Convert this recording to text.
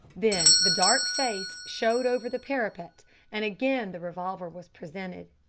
then the dark face showed over the parapet and again the revolver was presented.